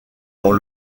dans